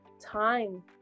time